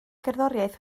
gerddoriaeth